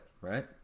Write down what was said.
right